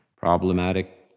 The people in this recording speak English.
problematic